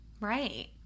Right